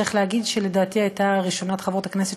שצריך להגיד שלדעתי היא הייתה ראשונת חברי הכנסת